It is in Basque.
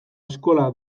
eskola